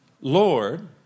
Lord